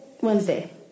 Wednesday